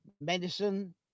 medicine